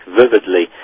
vividly